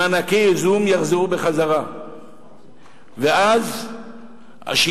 שמענקי האיזון יוחזרו ואז השלטון